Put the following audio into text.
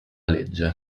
legge